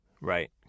right